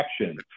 action